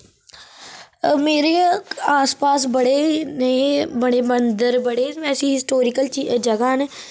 मेरे आस पास बड़े नेह् बड़े मंदर बड़े ऐसी हिस्टोरिकल जगह न